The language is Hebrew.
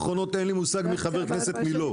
אולי עכשיו כן.